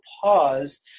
pause